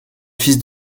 fils